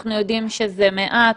אנחנו יודעים שזה מעט,